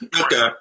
Okay